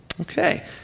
okay